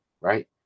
right